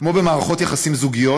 כמו במערכות יחסים זוגיות,